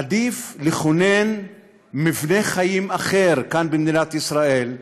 עדיף לכונן מבנה חיים אחר כאן, במדינת ישראל.